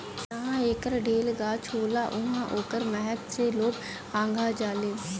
जहाँ एकर ढेर गाछ होला उहाँ ओकरा महक से लोग अघा जालें